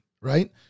right